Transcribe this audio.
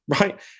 right